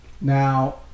Now